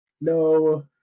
No